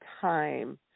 time